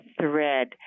thread